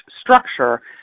structure